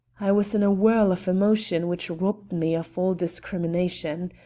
i was in a whirl of emotion which robbed me of all discrimination.